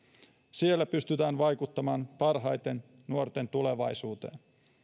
siellä pystytään vaikuttamaan parhaiten nuorten tulevaisuuteen